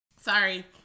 Sorry